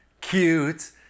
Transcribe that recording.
cute